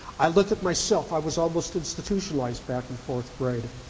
i look at myself i was almost institutionalized back in fourth grade.